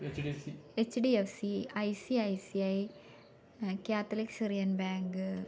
HDFC ICICI catholic syrian bank